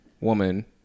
woman